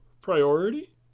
priority